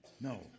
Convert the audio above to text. No